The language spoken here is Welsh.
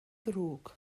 ddrwg